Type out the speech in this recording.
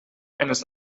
eines